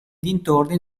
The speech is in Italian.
dintorni